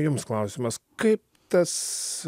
jums klausimas kaip tas